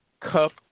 Cup